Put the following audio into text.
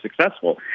successful